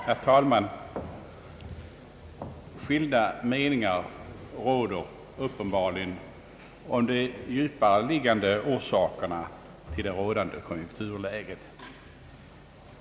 Herr talman! Skilda meningar råder uppenbarligen om de djupare liggande orsakerna till det rådande ekonomiska läget.